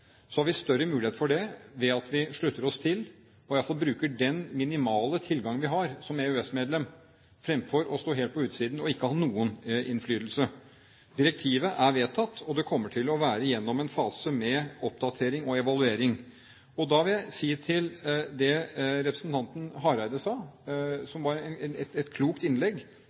så har vi større mulighet til det ved å slutte oss til og i hvert fall bruke den minimale tilgangen vi har som EØS-medlem fremfor å stå helt på utsiden og ikke ha noen innflytelse. Direktivet er vedtatt og kommer til å være gjennom en fase med oppdatering og evaluering. Da vil jeg si til representanten Hareide – han hadde et klokt innlegg